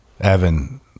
Evan